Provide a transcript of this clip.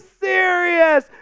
serious